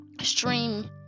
stream